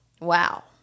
Wow